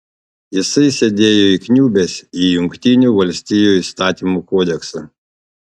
jisai sėdėjo įkniubęs į jungtinių valstijų įstatymų kodeksą